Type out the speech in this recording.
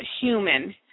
human